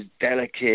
delicate